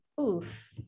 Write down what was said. Oof